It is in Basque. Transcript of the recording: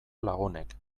lagunek